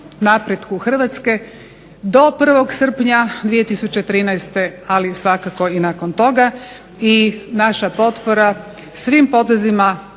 napretku Hrvatske do 1. srpnja 2013., ali svakako i nakon toga. I naša potpora svim potezima